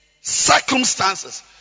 circumstances